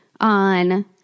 on